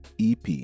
EP